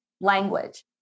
language